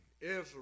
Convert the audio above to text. Israel